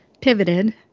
pivoted